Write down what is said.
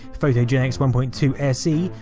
photogenics one point two s e,